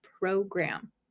program